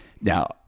Now